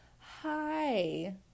Hi